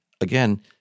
again